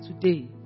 today